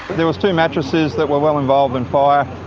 there was two mattresses that were well involved in fire.